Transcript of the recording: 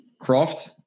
Croft